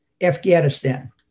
Afghanistan